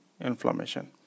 inflammation